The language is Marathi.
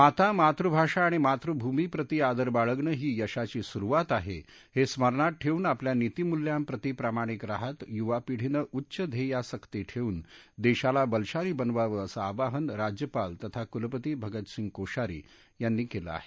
माता मातुभाषा आणि मातुभूमी प्रती आदर बाळगणं ही यशाची सुरुवात आहे हे स्मरणात ठेऊन आपल्या नीतीमूल्यांप्रती प्रामाणिक राहत यूवापिढीनं उच्च ध्येयासक्ती ठेवून देशाला बलशाली बनवावं असं आवाहन राज्यपाल तथा कृलपती भगतसिंह कोश्यारी यांनी केलं आहे